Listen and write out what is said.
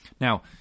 Now